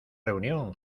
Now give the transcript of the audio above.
reunión